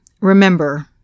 remember